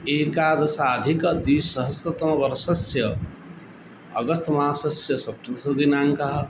एकादशाधिक द्विसहस्रतमवर्षस्य अगस्त् मासस्य सप्तदशदिनाङ्कः